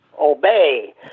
obey